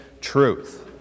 truth